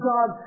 God